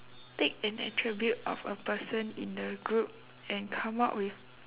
take an attribute of a person in the group and come up with